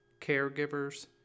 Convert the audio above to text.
caregivers